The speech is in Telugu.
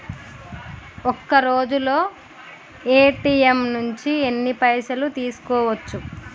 ఒక్కరోజులో ఏ.టి.ఎమ్ నుంచి ఎన్ని పైసలు తీసుకోవచ్చు?